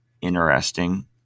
interesting